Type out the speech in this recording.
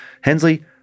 Hensley